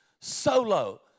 solo